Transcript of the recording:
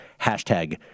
Hashtag